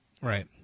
Right